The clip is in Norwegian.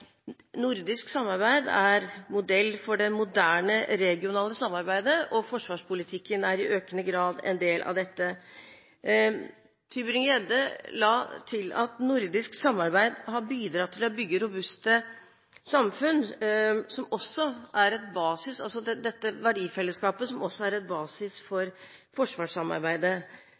nordisk samarbeid er modell for det moderne regionale samarbeidet, og forsvarspolitikken er i økende grad en del av dette. Tybring-Gjedde la til at nordisk samarbeid har bidratt til å bygge robuste samfunn, et verdifellesskap som også er basis for forsvarssamarbeidet.